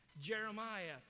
Jeremiah